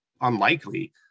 unlikely